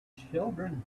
children